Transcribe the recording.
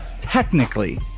technically